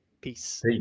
Peace